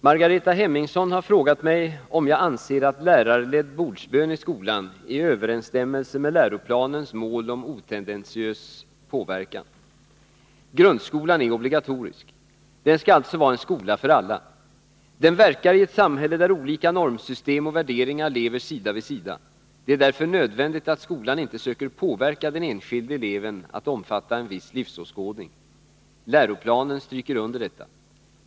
Herr talman! Margareta Hemmingsson har frågat mig om jag anser att lärarledd bordsbön i skolan är i överensstämmelse med läroplanens mål om otendentiös påverkan. Grundskolan är obligatorisk. Den skall alltså vara en skola för alla. Den verkar i ett samhälle där olika normsystem och värderingar lever sida vid sida. Det är därför nödvändigt att skolan inte söker påverka den enskilde eleven att omfatta en viss livsåskådning. Läroplanen stryker under detta.